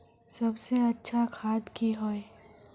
सबसे अच्छा खाद की होय?